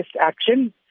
action